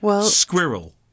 Squirrel